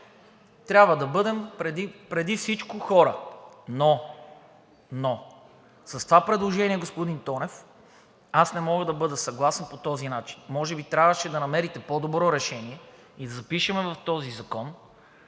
трябва да бъдем преди всичко хора. Но с това предложение, господин Тонев, аз не мога да бъда съгласен по този начин. Може би трябваше да намерите по-добро решение и да запишем в този закон